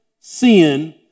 sin